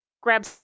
grab